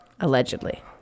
Allegedly